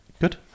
Good